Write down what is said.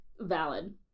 valid